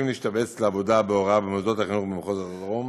להשתבץ לעבודה בהוראה במוסדות החינוך במחוז הדרום